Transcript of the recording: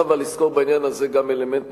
אבל צריך לזכור בעניין הזה גם אלמנט נוסף.